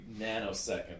nanosecond